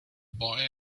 boy